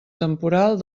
temporal